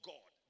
God